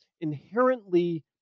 inherently